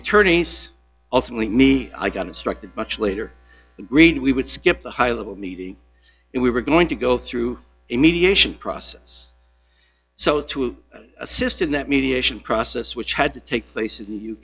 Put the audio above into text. attorneys ultimately me i got instructed much later read we would skip the high level meeting and we were going to go through a mediation process so to assist in that mediation process which had to take place in